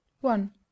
one